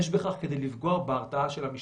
יש בכך כדי לפגוע בהרתעה של המשטרה,